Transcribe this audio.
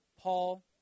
Paul